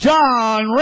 John